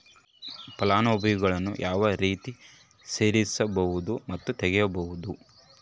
ಫಲಾನುಭವಿಗಳನ್ನು ಯಾವ ರೇತಿ ಸೇರಿಸಬಹುದು ಮತ್ತು ತೆಗೆಯಬಹುದು?